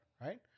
Right